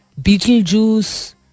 Beetlejuice